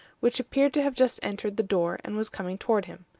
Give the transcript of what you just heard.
which appeared to have just entered the door and was coming toward him.